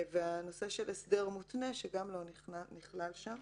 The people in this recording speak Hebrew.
וגם נושא הסדר מותנה שגם לא נכלל שם